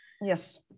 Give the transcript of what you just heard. Yes